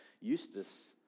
Eustace